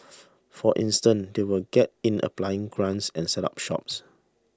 for instance they will get in applying grants and set up shops